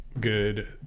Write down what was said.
good